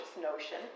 notion